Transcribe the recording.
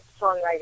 songwriting